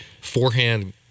forehand